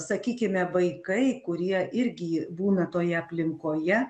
sakykime vaikai kurie irgi būna toje aplinkoje